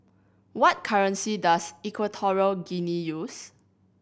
what currency does Equatorial Guinea use